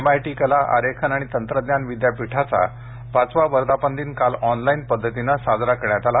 MIT कला आरेखन आणि तंत्रज्ञान विद्यापीठाचा पाचवा वर्धापन दिन काल ऑनलाईन पद्धतीनं साजरा करण्यात आला